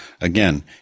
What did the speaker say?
again